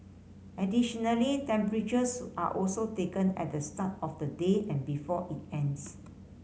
additionally temperatures are also taken at the start of the day and before it ends